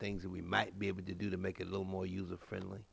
things that we might be able to do to make it a little more user friendly